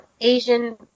Asian